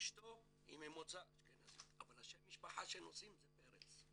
אשתו היא ממוצא אשכנזי אבל שם המשפחה שהם נושאים היא פרץ.